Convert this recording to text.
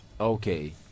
Okay